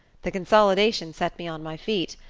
the consolidation set me on my feet.